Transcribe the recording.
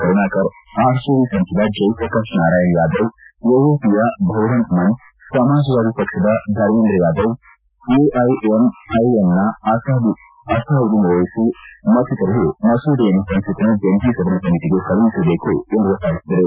Karunakar RJD ಸಂಸದ ಜೈಪ್ರಕಾಶ್ ನಾರಾಯಣ್ ಯಾದವ್ ಎಎಪಿಯ ಭಗವಂತ್ ಮನ್ ಸಮಾಜವಾದಿ ಪಕ್ಷದ ಧರ್ಮೇಂದ್ರ ಯಾದವ್ ಎಐಎಂಐಎಂನ ಅಸಾದುದ್ದೀನ್ ಓವೈಸಿ ಮತ್ತಿತರರು ಮಸೂದೆಯನ್ನು ಸಂಸತ್ತಿನ ಜಂಟಿ ಸದನ ಸಮಿತಿಗೆ ಕಳುಹಿಸಬೇಕು ಎಂದು ಒತ್ತಾಯಿಸಿದರು